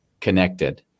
connected